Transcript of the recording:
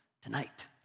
tonight